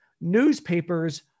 Newspapers